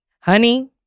Honey